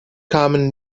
kamen